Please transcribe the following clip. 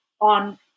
on